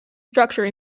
structure